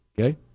Okay